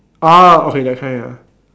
ah okay that kind ah